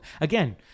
again